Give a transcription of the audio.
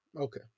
Okay